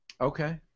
Okay